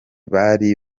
bari